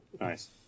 Nice